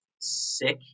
sick